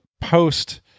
post